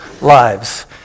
lives